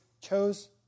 chose